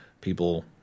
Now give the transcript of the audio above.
people